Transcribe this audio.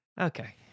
okay